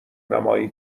نمایی